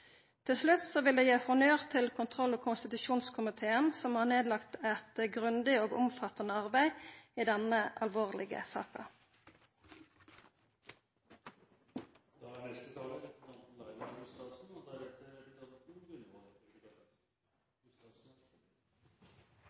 Til slutt vil eg gi honnør til kontroll- og konstitusjonskomiteen, som har lagt ned eit grundig og omfattande arbeid i denne alvorlege saka.